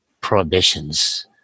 prohibitions